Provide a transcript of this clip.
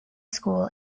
school